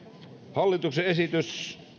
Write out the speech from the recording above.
hallituksen esitys